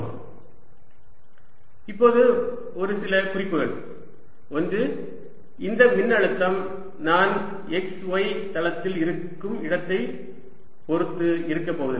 2V 0 qδ 0 இப்போது ஒரு சில குறிப்புகள் ஒன்று இந்த மின்அழுத்தம் நான் x y தளத்தில் இருக்கும் இடத்தைப் பொறுத்து இருக்கப்போவதில்லை